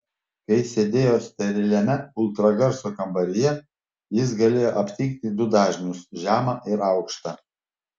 kai sėdėjo steriliame ultragarso kambaryje jis galėjo aptikti du dažnius žemą ir aukštą